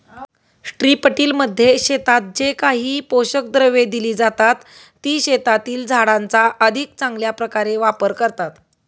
स्ट्रिपटिलमध्ये शेतात जे काही पोषक द्रव्ये दिली जातात, ती शेतातील झाडांचा अधिक चांगल्या प्रकारे वापर करतात